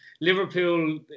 Liverpool